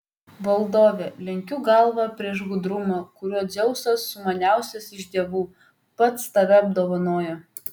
valdove lenkiu galvą prieš gudrumą kuriuo dzeusas sumaniausias iš dievų pats tave apdovanojo